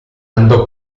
andò